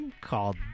called